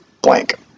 blank